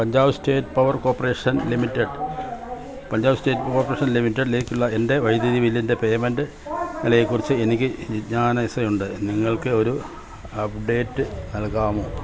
Punjab state power corporation limited Punjab state corporation ലിമിറ്റഡിലേക്കുള്ള എൻ്റെ വൈദ്യുതി ബില്ലിൻ്റെ പേയ്മെൻ്റ് നിലയെക്കുറിച്ച് എനിക്ക് ജിജ്ഞാസയുണ്ട് നിങ്ങൾക്ക് ഒരു അപ്ഡേറ്റ് നൽകാമോ